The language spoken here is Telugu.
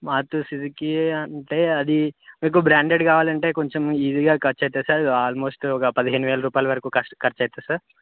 మారుతీ సుజుకి అంటే అది మీకు బ్రాండెడ్ కావాలంటే కొంచెం ఈజీగా ఖర్చ్ అవుతుంది సార్ ఆల్మోస్ట్ ఒక పదిహేను వేల రూపాయల వరకు ఖ ఖర్చు అవుతుంది సార్